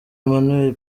emmanuel